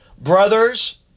Brothers